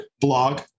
blog